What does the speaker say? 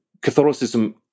Catholicism